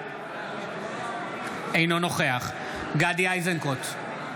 אינו נוכח גדי איזנקוט,